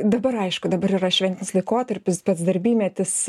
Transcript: dabar aišku dabar yra šventinis laikotarpis pats darbymetis